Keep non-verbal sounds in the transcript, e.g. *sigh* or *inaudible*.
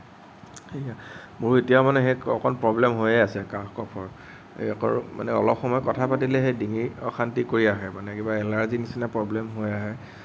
*unintelligible* মোৰ এতিয়াও মানে অকণ প্ৰব্লেম হৈয়ে আছে কাহৰ *unintelligible* মানে অলপ সময় কথা পাতিলে সেই ডিঙিৰ অশান্তি কৰি আহে মানে কিবা এলাৰ্জীৰ নিচিনা প্ৰব্লেম হৈ আহে